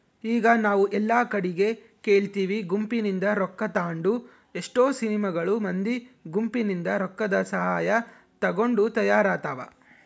ಈಗ ನಾವು ಎಲ್ಲಾ ಕಡಿಗೆ ಕೇಳ್ತಿವಿ ಗುಂಪಿನಿಂದ ರೊಕ್ಕ ತಾಂಡು ಎಷ್ಟೊ ಸಿನಿಮಾಗಳು ಮಂದಿ ಗುಂಪಿನಿಂದ ರೊಕ್ಕದಸಹಾಯ ತಗೊಂಡು ತಯಾರಾತವ